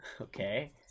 okay